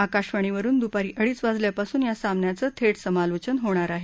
आकाशवाणीवरुन दुपारी अडीच वाजल्यापासून या सामन्याचं थेट समालोचन होणार आहे